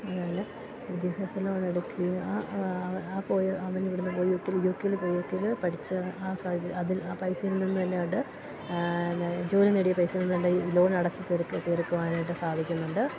അതുപോലെ വിദ്യാഭ്യാസ ലോണെടുക്കുകയോ ഞങ്ങള് പോയ അവനിവിടുന്ന് പോയി യു കെല് പോയി യു കെല് പഠിച്ച് ആ സാഹചര്യ അതിൽ ആ പൈസയിൽ നിന്നല്ലാണ്ട് എന്നാ ജോലി നേടിയ പൈസയിൽ നിന്ന് ഈ ലോണടച്ച് തീർക്കുവാനായിട്ട് സാധിക്കുന്നുണ്ട്